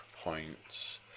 points